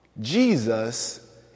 Jesus